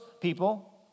people